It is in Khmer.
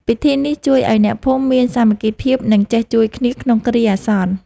ពិធីនេះជួយឱ្យអ្នកភូមិមានសាមគ្គីភាព និងចេះជួយគ្នាក្នុងគ្រាអាសន្ន។